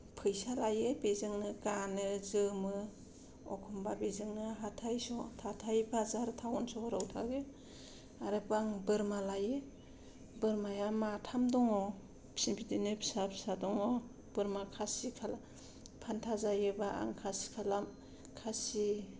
फैसा लायो बेजोंनो गानो जोमो एखम्बा बेजोंनो हाथाय समाव हाथाय बाजार टाउन सोहोराव थाङो आरोबाव आं बोरमा लायो बोरमाया माथाम दङ बिसोर बिदिनो फिसा फिसा दङ बोरमा खासि खालाम फान्था जायोबा आं खासि खालाम खासि